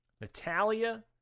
Natalia